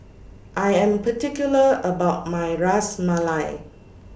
I Am particular about My Ras Malai